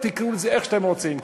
האינסטלטור, תקראו לזה איך שאתם רוצים.